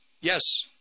yes